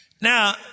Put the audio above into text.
Now